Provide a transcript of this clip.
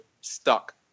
stuck